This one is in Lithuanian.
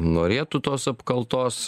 norėtų tos apkaltos